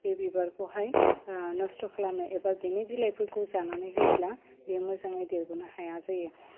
बे बिबारखौहाय नस्थ' खालामनाय एबा बिनि बिलाइफोरखौ जानानै होयोब्ला बे मोजाङै देरबोनो हाया जायो